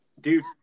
Dude